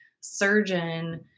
surgeon